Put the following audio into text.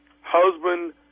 Husband